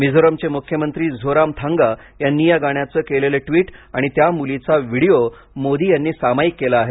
मिझोरमचे मुख्यमंत्री झोरामथांगा यांनी या गाण्याचं केलेलं ट्विट आणि त्या मुलीचा व्हिडीओ मोदी यांनी सामायिक केला आहे